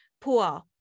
poor